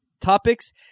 Topics